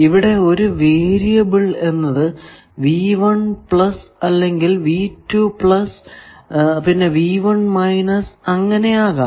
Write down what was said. ഇവിടെ ഒരു വേരിയബിൾ എന്നത് അല്ലെങ്കിൽ പിന്നെ അങ്ങനെ ആകാം